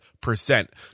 percent